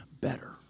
better